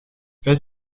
fais